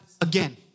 again